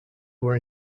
were